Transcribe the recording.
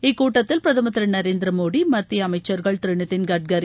இக்கூட்டத்தில் பிரதமர் திரு நரேந்திர மோடி மத்திய அமைச்சர்கள் திரு நிதின் கட்கரி